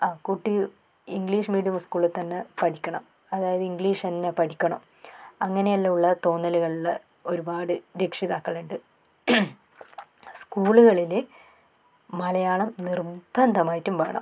ആ കുട്ടി English medium സ്കൂളിൽ തന്നെ പഠിക്കണം അതായത് ഇംഗ്ലീഷ് തന്നെ പഠിക്കണം അങ്ങനെയെല്ലാം ഉള്ള തോന്നലുകളിൽ ഒരുപാട് രക്ഷിതാക്കളുണ്ട് സ്കൂളുകളിൽ മലയാളം നിർബന്ധമായിട്ടും വേണം